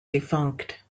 defunct